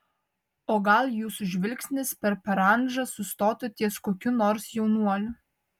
o gal jūsų žvilgsnis per parandžą sustotų ties kokiu nors jaunuoliu